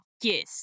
yes